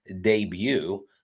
debut